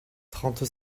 trente